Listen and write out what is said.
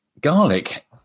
garlic